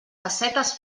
pessetes